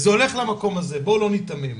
זה הולך למקום הזה, בואו לא ניתמם.